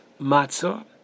matzah